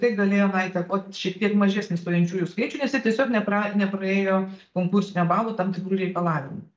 tai galėjo va įtakot šiek tiek mažesnį stojančiųjų skaičių nes jie tiesiog nepra nepraėjo konkursinio balo tam tikrų reikalavimų